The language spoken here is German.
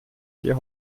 hier